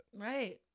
Right